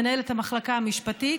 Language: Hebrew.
מנהלת המחלקה המשפטית.